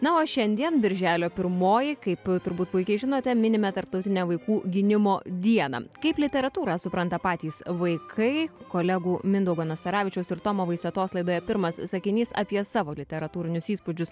na o šiandien birželio pirmoji kaip turbūt puikiai žinote minime tarptautinę vaikų gynimo dieną kaip literatūrą supranta patys vaikai kolegų mindaugo nastaravičiaus ir tomo vaisetos laidoje pirmas sakinys apie savo literatūrinius įspūdžius